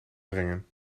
brengen